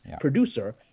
producer